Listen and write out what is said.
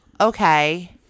okay